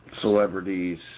celebrities